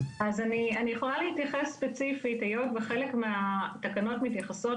אז אני יכולה להתייחס ספציפית היות וחלק מהתקנות מתייחסות